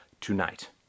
tonight